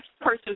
person